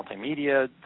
multimedia